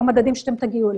איך המדדים שאתם תגיעו אליו.